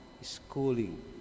schooling